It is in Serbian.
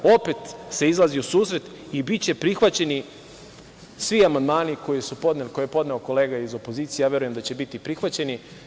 Opet se izlazi u susret i biće prihvaćeni svi amandmani koje je podneo kolega iz opozicije, ja verujem da će biti prihvaćeni.